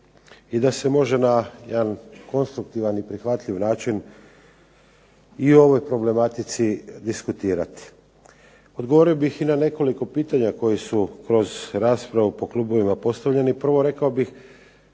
i da se može na jedan konstruktivan i prihvatljiv način i o ovoj problematici diskutirati. Odgovorio bih i na nekoliko pitanja koje su kroz raspravu po klubovima postavljani. Prvo, rekao bih